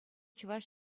чӑваш